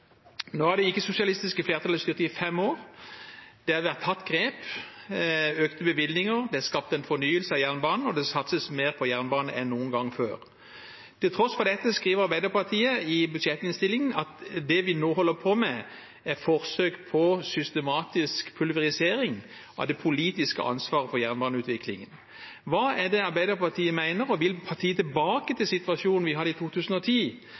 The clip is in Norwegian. Nå har det ikke-sosialistiske flertallet styrt i fem år. Det er tatt grep, det er økte bevilgninger, det er skapt en fornyelse av jernbanen, og det satses mer på jernbane enn noen gang før. Til tross for dette skriver Arbeiderpartiet i budsjettinnstillingen at det vi nå holder på med, er «forsøk på systematisk pulverisering av det politiske ansvaret for jernbaneutvikling». Hva er det Arbeiderpartiet mener? Vil partiet tilbake til situasjonen vi hadde i 2010,